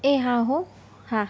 એ હા હોં હા